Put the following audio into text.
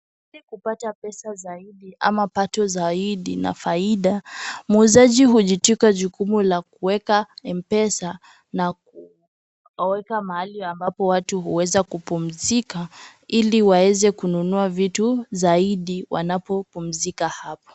Ili kupata pesa zaidi ama pato zaidi na faida muuzaji hujitwika jukumu la kuweka M-Pesa na kuweka mahali ambapo watu huweza kupumzika ili waeze kununua vitu zaidi wanapopumzika hapo.